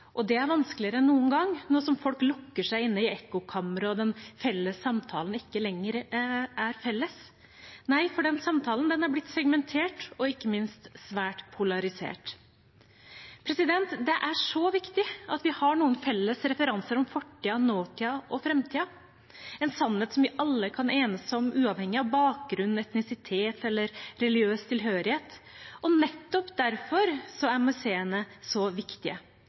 og det er vanskeligere enn noen gang nå som folk lukker seg inne i ekkokamre, og den felles samtalen ikke lenger er felles. Nei, for den samtalen er blitt segmentert og ikke minst svært polarisert. Det er så viktig at vi har noen felles referanser om fortiden, nåtiden og framtiden – en sannhet som vi alle kan enes om, uavhengig av bakgrunn, etnisitet eller religiøs tilhørighet. Nettopp derfor er museene så viktige.